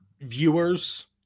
viewers